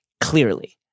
clearly